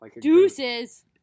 Deuces